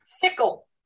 fickle